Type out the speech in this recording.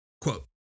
Quote